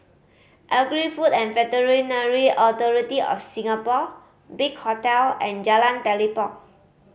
Agri Food and Veterinary Authority of Singapore Big Hotel and Jalan Telipok